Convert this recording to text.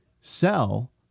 sell